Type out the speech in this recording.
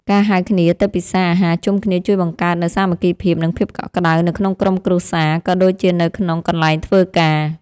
ការហៅគ្នាទៅពិសារអាហារជុំគ្នាជួយបង្កើតនូវសាមគ្គីភាពនិងភាពកក់ក្តៅនៅក្នុងក្រុមគ្រួសារក៏ដូចជានៅក្នុងកន្លែងធ្វើការ។